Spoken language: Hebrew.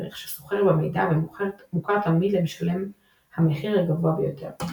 ערך שסוחר במידע ומוכר תמיד למשלם המחיר הגבוה ביותר.